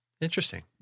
Interesting